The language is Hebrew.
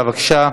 בבקשה.